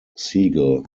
segal